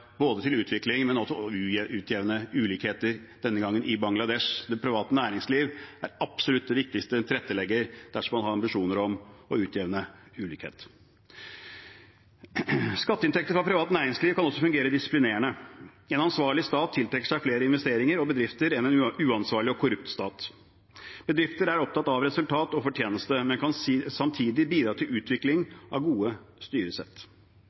til utvikling, men også til å utjevne ulikheter – denne gangen i Bangladesh. Det private næringsliv er absolutt den viktigste tilrettelegger dersom man har ambisjoner om å utjevne ulikhet. Skatteinntekter fra privat næringsliv kan også fungere disiplinerende. En ansvarlig stat tiltrekker seg flere investeringer og bedrifter enn en uansvarlig og korrupt stat. Bedrifter er opptatt av resultat og fortjeneste, men kan samtidig bidra til utvikling av gode styresett.